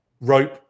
rope